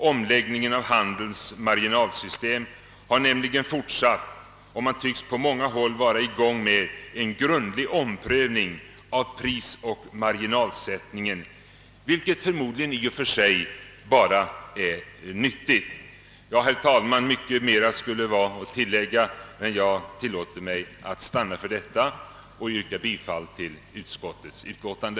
Omläggningen av handelns marginalsystem har nämligen fortsatt, och man tycks på många håll vara i färd med en grundlig omprövning av prisoch marginalsättningen, vilket förmodligen i och för sig bara är nyttigt. Herr talman! Mycket mer skulle vara att tillägga, men jag skall sluta med detta. Jag ber att få yrka bifall till utskottets utlåtande.